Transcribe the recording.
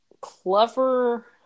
clever